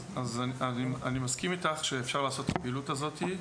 אני מסכים איתך שאפשר לעשות את הפעילות הזאת,